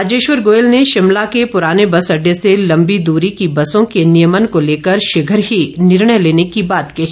राजेश्वर गोयल ने शिमला के पुराने बस अड्डे से लम्बी दूरी की बसों के नियमन को लेकर शीघ्र ही निर्णय लेने की बात कही